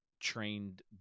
trained